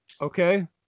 Okay